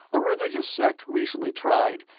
a religious sect recently tried,